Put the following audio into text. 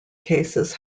cases